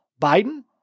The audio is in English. Biden